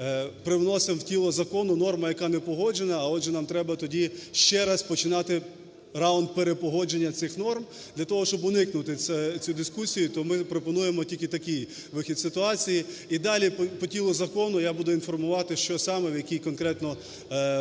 ми привносимо в тіло закону норму, яка не погоджена, а, отже, нам треба тоді ще раз починати раунд перепогодження цих норм для того, щоб уникнути цю дискусію, то ми пропонуємо тільки такий вихід з ситуації. І далі по тілу закону я буду інформувати, що саме, в якій конкретно